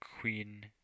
queen